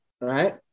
right